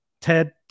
TED